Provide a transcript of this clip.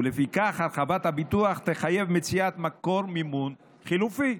ולפיכך הרחבת הביטוח תחייב מציאת מקור מימון חלופי.